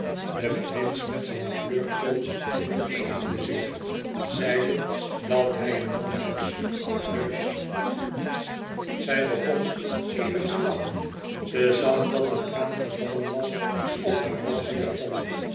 de prins met zijn flirttoon verdedigde zich zeide dat hij een man was heusch zij begon even te lachen ze zag dat een traan gevallen was op haar rozen japon